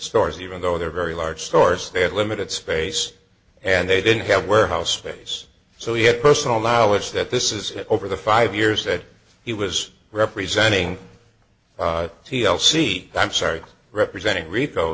stores even though they're very large stores they had limited space and they didn't have warehouse space so he had personal knowledge that this is over the five years that he was representing t l c i'm sorry representing rico